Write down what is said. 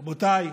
רבותיי,